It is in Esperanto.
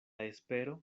espero